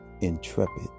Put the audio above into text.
intrepid